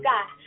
God